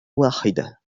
واحدة